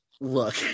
look